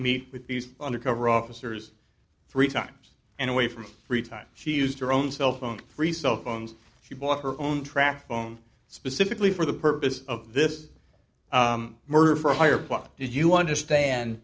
meet with these undercover officers three times and away from free time she used her own cell phone free cell phones she bought her own track phone specifically for the purpose of this murder for hire plot did you understand